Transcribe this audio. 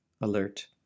alert